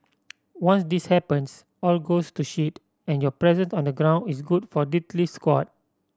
once this happens all goes to shit and your presence on the ground is good for diddly squat